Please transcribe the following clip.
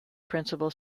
principal